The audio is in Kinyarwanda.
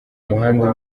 muhanda